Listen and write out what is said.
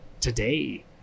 today